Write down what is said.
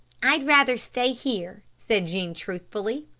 i'd rather stay here, said jean truthfully.